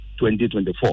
2024